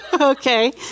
Okay